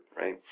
right